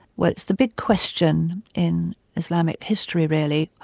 well it's the big question in islamic history really,